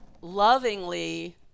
lovingly